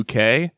UK